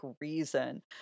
reason